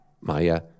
Maya